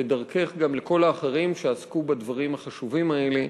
ודרכך לכל האחרים שעסקו בדברים החשובים האלה,